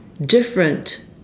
different